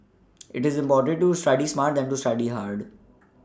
it is important to study smart than to study hard